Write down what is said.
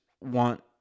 want